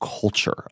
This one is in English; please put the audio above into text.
culture